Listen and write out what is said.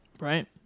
Right